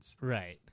Right